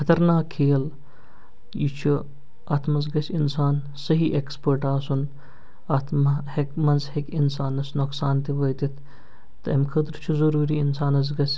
خطرناک کھیل یہِ چھُ اَتھ منٛز گژھِ اِنسان صحیح ایکسپٲرٹ آسُن اَتھ ما ہٮ۪کہِ منٛز ہٮ۪کہِ اِنسانَس نقصان تہِ وٲتِتھ تہٕ اَمہِ خٲطرٕ چھُ ضروٗری اِنسانَس گژھِ